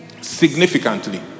significantly